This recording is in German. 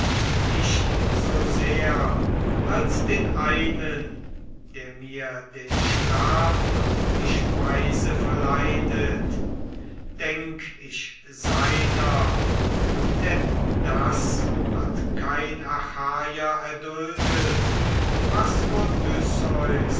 nicht so sehr als den einen der mir den schlaf und die speise verleidet denk ich seiner denn das hat kein achaier erduldet was